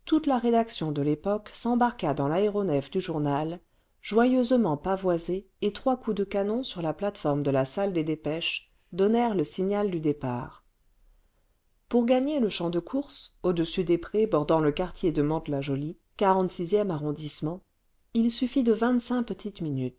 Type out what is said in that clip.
la rédaction de l'epoque s'embarqua dans l'aéronef du journal joyeusement pavoisée et trois coups de canon sur la plate-forme de la salle des dépêches donnèrent le signal du départ pour gagner le champ de courses au-dessus des prés bordant le quartier de mantes la jolie xlvie arrondissement il suffit de vingt-cinq petites minutes